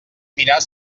mirar